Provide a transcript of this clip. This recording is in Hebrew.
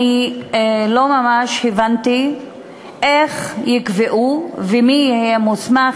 אני לא ממש הבנתי איך יקבעו ומי יהיה מוסמך